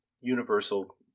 universal